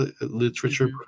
literature